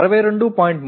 3 67